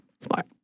smart